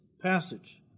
passage